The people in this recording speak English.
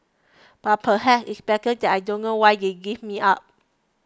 but perhaps it's better that I don't know why they gave me up